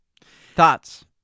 Thoughts